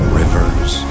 rivers